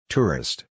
Tourist